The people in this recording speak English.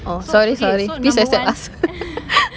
orh sorry sorry please accept us